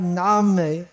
name